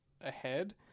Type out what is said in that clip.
ahead